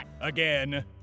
...again